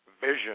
vision